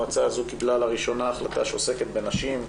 קיבלה לראשונה החלטה שעוסקת בנשים,